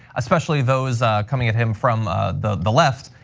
especially those coming at him from the the left.